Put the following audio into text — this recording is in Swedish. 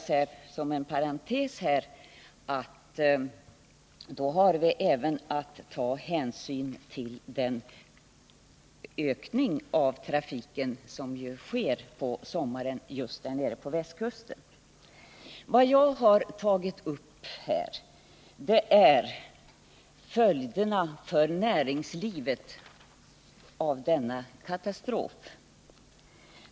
Som en parentes vill jag säga att vi då även har att ta hänsyn till ökningen av trafiken under sommaren nere på västkusten. Vad jag har tagit upp här är följderna för näringslivet av den inträffade katastrofen.